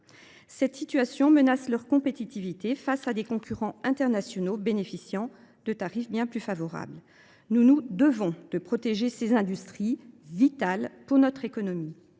Cette situation menace leur compétitivité face à des concurrents internationaux bénéficiant de tarifs bien plus favorables. Nous nous devons de protéger ces industries vitales pour notre économie.